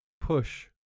push